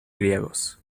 griegos